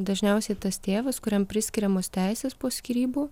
dažniausiai tas tėvas kuriam priskiriamos teisės po skyrybų